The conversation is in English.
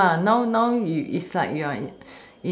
ya lah now now it's like you are